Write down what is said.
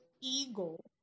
ego